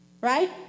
right